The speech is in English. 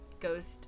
ghost